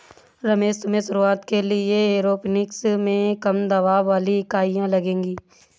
रमेश तुम्हें शुरुआत के लिए एरोपोनिक्स में कम दबाव वाली इकाइयां लगेगी